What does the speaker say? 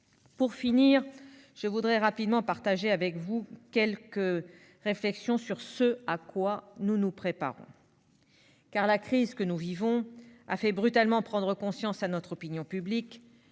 Pour terminer, je souhaite partager avec vous quelques réflexions sur ce à quoi nous nous préparons. La crise que nous vivons a fait brutalement prendre conscience à l'opinion publique